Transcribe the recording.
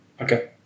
Okay